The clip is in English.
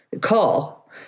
call